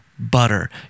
butter